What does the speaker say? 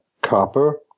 copper